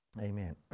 Amen